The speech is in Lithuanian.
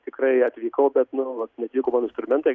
tikrai atvykau bet nu vat neatvyko mano instrumentai